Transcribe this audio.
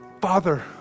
Father